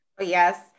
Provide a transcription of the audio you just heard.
Yes